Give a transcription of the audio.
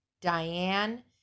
diane